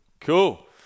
cool